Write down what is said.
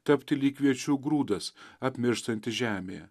tapti lyg kviečių grūdas apmirštantis žemėje